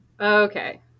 Okay